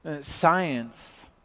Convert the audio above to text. science